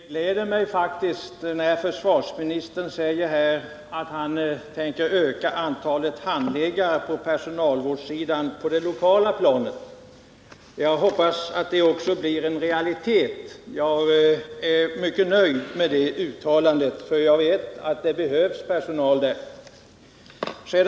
Herr talman! Det gläder mig faktiskt när försvarsministern säger att han tänker öka antalet handläggare på personalvårdssidan på det lokala planet. Jag hoppas att det också blir en realitet. Jag är mycket nöjd med uttalandet, för jag vet att det behövs personal på det planet.